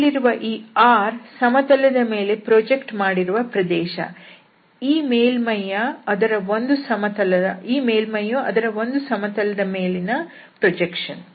ಇಲ್ಲಿರುವ ಈ R ಸಮತಲದ ಮೇಲೆ ಪ್ರಾಜೆಕ್ಟ್ ಮಾಡಿರುವ ಪ್ರದೇಶ ಈ ಮೇಲ್ಮೈಯ ಅದರ ಒಂದು ಸಮತಲದ ಮೇಲಿನ ಪ್ರೊಜೆಕ್ಷನ್